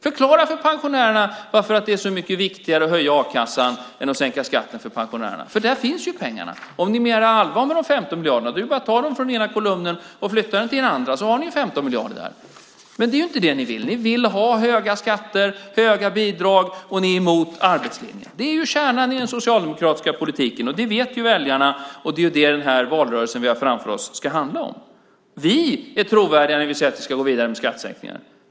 Förklara för pensionärerna varför det är så mycket viktigare att höja a-kassan än att sänka skatten för dem. Pengarna finns ju. Om ni menar allvar med dessa 15 miljarder är det bara att ta dem från den ena kolumnen och flytta dem till den andra så har ni 15 miljarder där. Men det är inte det ni vill. Ni vill ha höga skatter, höga bidrag och ni är emot arbetslinjen. Det är kärnan i den socialdemokratiska politiken. Det vet väljarna, och det är det den valrörelse vi har framför oss ska handla om. Vi är trovärdiga när vi säger att vi ska gå vidare med skattesänkningarna.